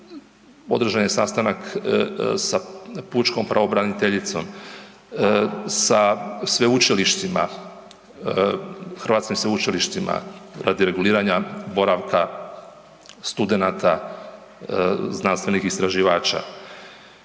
održan je sastanak sa pučkom pravobraniteljicom, sa sveučilištima, hrvatskim sveučilištima radi reguliranja boravka studenata znanstvenih istraživača.